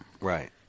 right